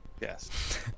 yes